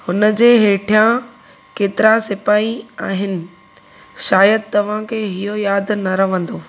हुनजे हेठियां केतिरा सिपाही आहिनि शायद तव्हांखे इहो यादि न रहंदो